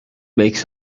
makes